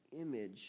image